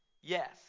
Yes